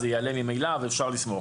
זה ממילא יעלה ואפשר לסמוך.